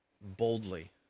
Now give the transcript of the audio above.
boldly